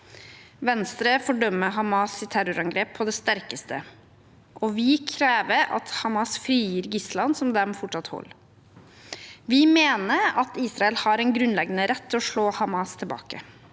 Venstre fordømmer Hamas’ terrorangrep på det sterkeste, og vi krever at Hamas frigir gislene de fortsatt holder. Vi mener at Israel har en grunnleggende rett til å slå Hamas tilbake,